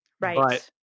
right